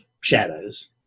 shadows